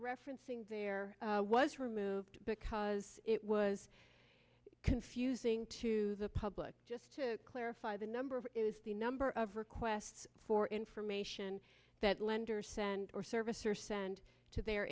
referencing there was removed because it was confusing to the public just to clarify the number of is the number of requests for information that lenders sent or servicer send to their